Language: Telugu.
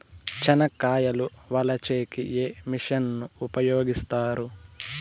చెనక్కాయలు వలచే కి ఏ మిషన్ ను ఉపయోగిస్తారు?